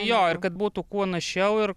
jo ir kad būtų kuo našiau ir